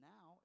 Now